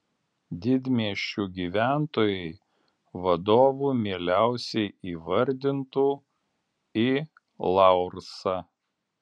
didmiesčių gyventojai vadovu mieliausiai įvardintų i laursą